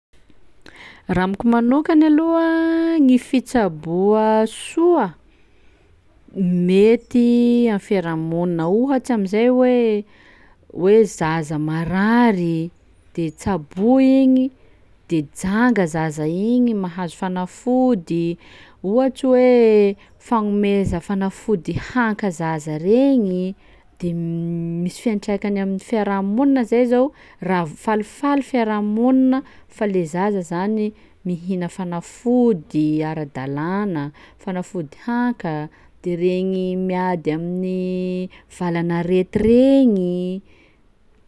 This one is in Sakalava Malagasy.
Raha amiko manokany aloha gny fitsaboa soa mety amin'ny fiarahamonina, ohatsy am'izay hoe hoe zaza marary de tsaboa igny de janga zaza igny mahazo fanafody, ohatsy hoe fagnomeza fanafody hanka zaza regny, de m- misy fiantraikany amin'ny fiarahamonina zay zao ra- falifaly fiarahamonina fa le zaza zany mihina fanafody ara-dalàgna, fanafody hanka de regny miady amin'ny valan'arety regny.